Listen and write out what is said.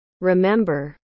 Remember